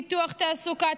פיתוח תעסוקה,